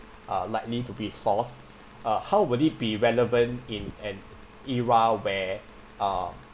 are likely to be false uh how would it be relevant in an era where uh